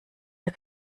der